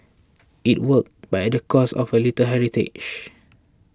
it worked but at the cost of a little heritage